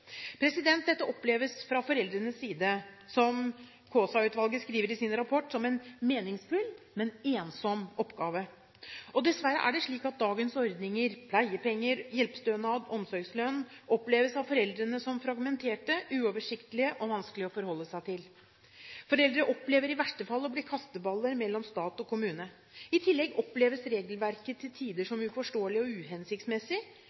Fra foreldrenes side oppleves dette, som Kaasa-utvalget skriver i sin rapport, som en meningsfull, men ensom oppgave. Dessverre er det slik at dagens ordninger – pleiepenger, hjelpestønad og omsorgslønn – av foreldrene oppleves som fragmenterte, uoversiktlige og vanskelige å forholde seg til. Foreldre opplever i verste fall å bli kasteballer mellom stat og kommune. I tillegg oppleves regelverket til tider